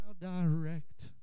direct